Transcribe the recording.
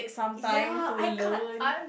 ya I can't I